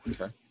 Okay